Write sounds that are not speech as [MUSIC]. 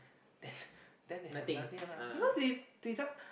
then [BREATH] then they have nothing lah because they they just